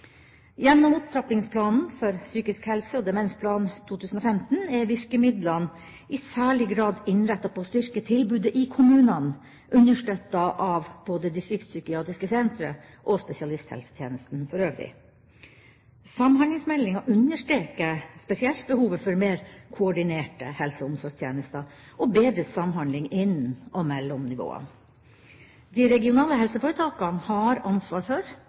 Gjennom Opptrappingsplanen for psykisk helse og Demensplan 2015 er virkemidlene i særlig grad innrettet på å styrke tilbudet i kommunene, understøttet av både distriktspsykiatriske sentre og spesialisthelsetjenesten for øvrig. Samhandlingsmeldinga understreker spesielt behovet for mer koordinerte helse- og omsorgstjenester og bedre samhandling innen og mellom nivåene. De regionale helseforetakene har ansvar for